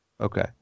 Okay